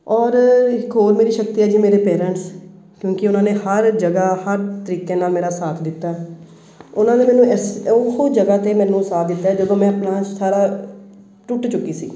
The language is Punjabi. ਔਰ ਇੱਕ ਹੋਰ ਮੇਰੀ ਸ਼ਕਤੀ ਹੈ ਜੀ ਮੇਰੇ ਪੇਰੈਂਟਸ ਕਿਉਂਕਿ ਉਹਨਾਂ ਨੇ ਹਰ ਜਗ੍ਹਾ ਹਰ ਤਰੀਕੇ ਨਾਲ ਮੇਰਾ ਸਾਥ ਦਿੱਤਾ ਉਹਨਾਂ ਨੇ ਮੈਨੂੰ ਇਸ ਉਹ ਜਗ੍ਹਾ 'ਤੇ ਮੈਨੂੰ ਸਾਥ ਦਿੱਤਾ ਜਦੋਂ ਮੈਂ ਆਪਣਾ ਸਾਰਾ ਟੁੱਟ ਚੁੱਕੀ ਸੀ